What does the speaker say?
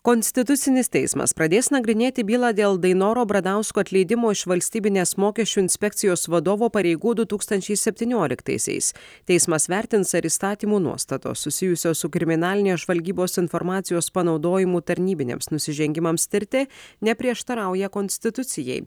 konstitucinis teismas pradės nagrinėti bylą dėl dainoro bradausko atleidimo iš valstybinės mokesčių inspekcijos vadovo pareigų du tūkstančiai septynioliktaisiais teismas vertins ar įstatymų nuostatos susijusios su kriminalinės žvalgybos informacijos panaudojimu tarnybiniams nusižengimams tirti neprieštarauja konstitucijai